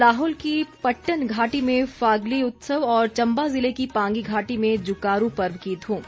लाहौल की पट्टन घाटी में फागली उत्सव और चम्बा जिले की पांगी घाटी में जुकारू पर्व की धूम